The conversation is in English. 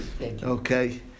Okay